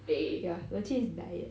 ya legit is diet